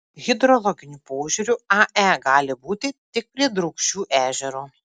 hidrologiniu požiūriu ae gali būti tik prie drūkšių ežero